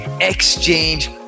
Exchange